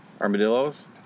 Armadillos